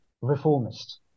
reformist